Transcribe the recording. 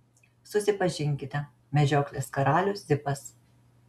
susipažinkite medžioklės karalius zipas